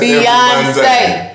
Beyonce